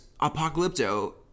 Apocalypto